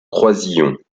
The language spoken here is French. croisillon